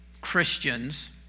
Christians